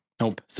Nope